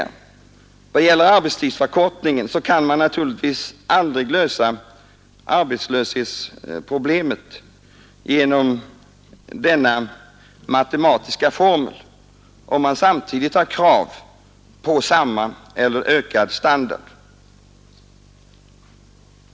När det gäller arbetstidsförkortningen kan man naturligtvis aldrig lösa arbetslöshetsproblemet med denna matematiska formel, om man samtidigt kräver samma eller ökad standard.